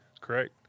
Correct